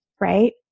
right